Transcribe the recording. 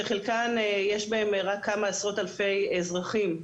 שחלקן יש בהן רק כמה עשרות אלפי אזרחים.